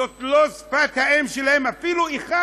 זאת לא שפת האם שלהם, אפילו אחד.